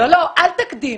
אל תקדים.